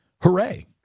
hooray